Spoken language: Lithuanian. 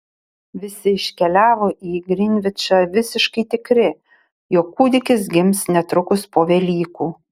visi iškeliavo į grinvičą visiškai tikri jog kūdikis gims netrukus po velykų